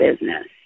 business